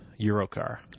Eurocar